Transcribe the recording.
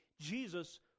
Jesus